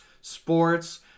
sports